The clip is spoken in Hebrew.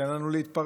תן לנו להתפרנס.